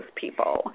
people